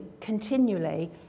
continually